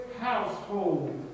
household